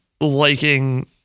liking